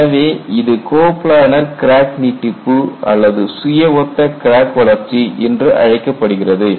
எனவே இது coplanar crack நீட்டிப்பு அல்லது சுய ஒத்த கிராக் வளர்ச்சி என்று அழைக்கப்படுகிறது